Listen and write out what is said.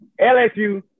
LSU